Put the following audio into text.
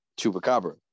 Chupacabra